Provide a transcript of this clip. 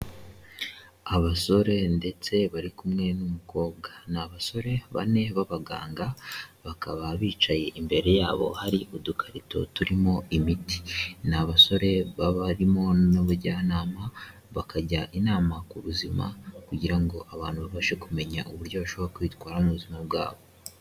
Abasore ndetse bari kumwe n'umukobwa ni abasore bane b'abaganga, bakaba bicaye imbere yabo hari udukarito turimo imiti, ni abasore baba barimo n'abajyanama bakajya inama ku buzima kugira ngo abantu babashe kumenya uburyo bashobora kwitwara mu buzima bwabo.